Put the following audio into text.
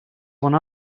one